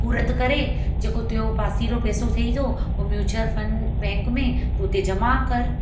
पूरत करे जेको तुंहिंजो पासीरो पैसो थियई थो उहो म्युचअल फंड बैंक में तूं उते जमा कर